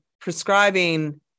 prescribing